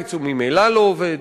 ובקיץ הוא ממילא לא עובד,